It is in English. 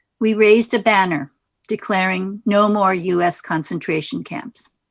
we raised a banner declaring no more u s. concentration camps.